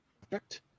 perfect